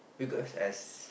you could as